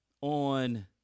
on